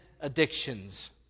addictions